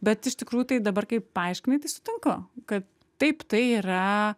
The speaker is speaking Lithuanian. bet iš tikrųjų tai dabar kai paaiškinai tai sutinku kad taip tai yra